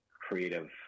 creative